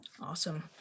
Awesome